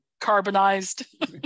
carbonized